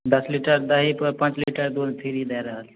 दश लीटर दही पर पाँच लीटर दूध फ्री दै रहल छै